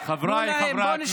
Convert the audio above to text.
תנו להם.